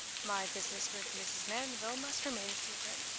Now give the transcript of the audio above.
my business with mrs. mandeville must remain a secret.